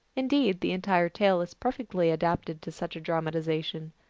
indeed, the entire tale is perfectly adapted to such a dramatization.